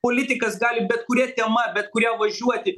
politikas gali bet kuria tema bet kuria važiuoti